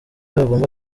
bagomba